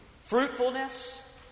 Fruitfulness